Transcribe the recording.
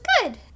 good